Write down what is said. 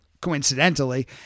coincidentally